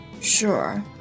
Sure